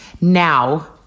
Now